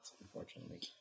unfortunately